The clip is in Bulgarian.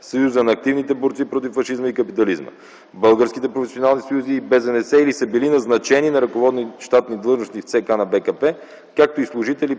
Съюза на активните борци против фашизма и капитализма, Българските професионални съюзи и БЗНС, или са били назначени на ръководни щатни длъжности в ЦК на БКП, както и служители